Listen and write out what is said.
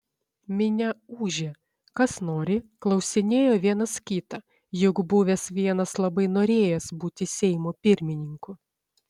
minia ūžė kas nori klausinėjo vienas kitą juk buvęs vienas labai norėjęs būti seimo pirmininku